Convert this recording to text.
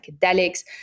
psychedelics